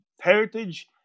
heritage